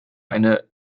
eine